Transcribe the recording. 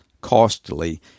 costly